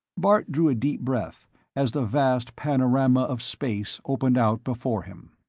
bart drew a deep breath as the vast panorama of space opened out before him.